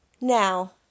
Now